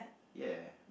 ya